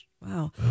Wow